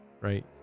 right